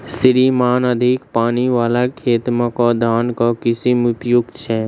श्रीमान अधिक पानि वला खेत मे केँ धान केँ किसिम उपयुक्त छैय?